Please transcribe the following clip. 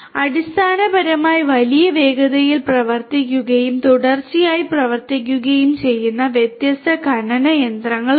അടിസ്ഥാനപരമായി വലിയ വേഗതയിൽ പ്രവർത്തിക്കുകയും തുടർച്ചയായി പ്രവർത്തിക്കുകയും ചെയ്യുന്ന വ്യത്യസ്ത ഖനന യന്ത്രങ്ങളുണ്ട്